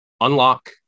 unlock